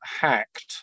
hacked